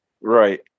Right